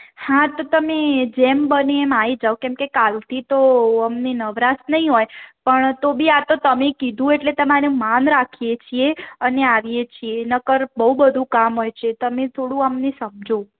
હા તો તમે જેમ બને એમ આવી જાો કેમકે કાલથી તો અમને નવરાશ નહીં હોય પણ તો બી આ તો તમે કીધું એટલે તમારે માન રાખીએ છીએ અને આવીએ છીએ નહિંતર બહુ બધું કામ હોય છે તમે થોડું અમને સમજો